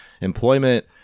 employment